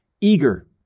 eager